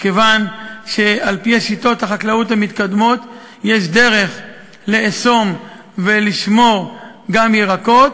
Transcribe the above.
מכיוון שעל-פי השיטות החקלאיות המתקדמות יש דרך לאסום ולשמור גם ירקות,